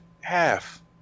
half